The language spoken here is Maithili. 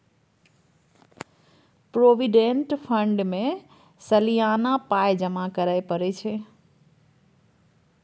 प्रोविडेंट फंड मे सलियाना पाइ जमा करय परय छै